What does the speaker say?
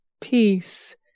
peace